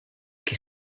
qui